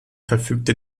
verfügte